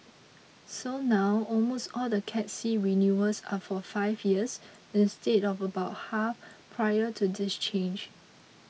so now almost all the Cat C renewals are for five years instead of about half prior to this change